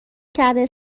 کرده